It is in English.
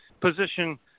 position